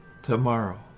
tomorrow